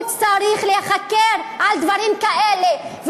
הוא צריך להיחקר על דברים כאלה,